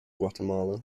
guatemala